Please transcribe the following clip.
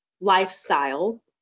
lifestyle